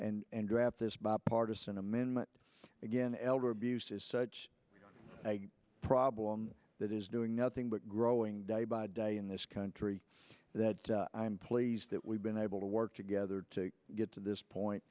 concerns and draft this bipartisan amendment again elder abuse is such a problem that is doing nothing but growing day by day in this country that i'm pleased that we've been able to work together to get to this point